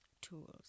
tools